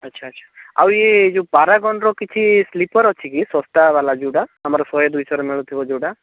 ଆଚ୍ଛା ଆଚ୍ଛା ଆଉ ଇଏ ଯେଉଁ ପାରାଗନର କିଛି ସ୍ଲିପର୍ ଅଛି କି ଶସ୍ତା ବାଲା ଯେଉଁଟା ଆମର ଶହେ ଦୁଇଶହରେ ମିଳୁଥିବ ଯେଉଁଟା